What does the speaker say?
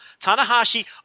Tanahashi